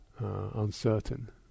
Uncertain